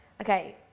Okay